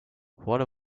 what